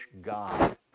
God